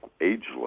ageless